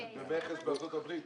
במכס בארצות הברית.